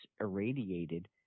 irradiated